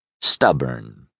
Stubborn